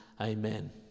amen